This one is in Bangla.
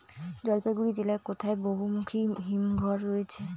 জলপাইগুড়ি জেলায় কোথায় বহুমুখী হিমঘর রয়েছে?